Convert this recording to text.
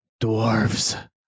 dwarves